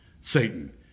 Satan